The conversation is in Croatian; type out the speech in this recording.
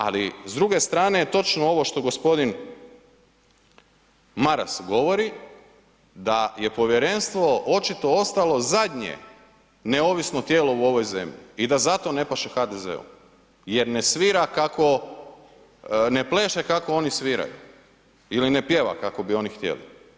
Ali s druge strane je točno ovo što gospodin Maras govori da je povjerenstvo očito ostalo zadnje neovisno tijelo u ovoj zemlji i da zato ne paše HDZ-u jer ne svira kako, ne pleše kako oni sviraju ili ne pjeva kako bi oni htjeli.